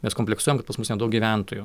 mes kompleksuojam kad pas mus nedaug gyventojų